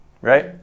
right